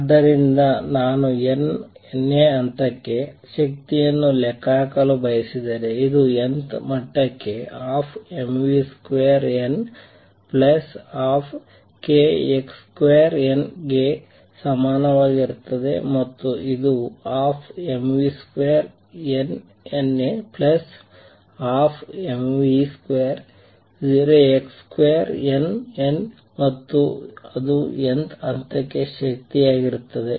ಆದ್ದರಿಂದ ನಾನು n ನೇ ಹಂತಕ್ಕೆ ಶಕ್ತಿಯನ್ನು ಲೆಕ್ಕಹಾಕಲು ಬಯಸಿದರೆ ಇದು nth ಮಟ್ಟಕ್ಕೆ 12mvn2 12kxn2 ಗೆ ಸಮಾನವಾಗಿರುತ್ತದೆ ಮತ್ತು ಇದು 12mvnn2 12m02xnn2 ಮತ್ತು ಅದು n th ಹಂತಕ್ಕೆ ಶಕ್ತಿಯಾಗಿರುತ್ತದೆ